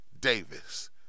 Davis